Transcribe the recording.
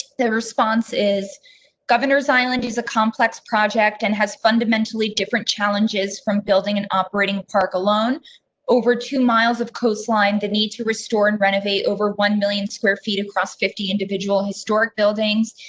the response is governors island is a complex project and has fundamentally different challenges from building an operating park along over two miles of coastline. the need to restore and renovate over one m square feet across fifty individual, historic buildings.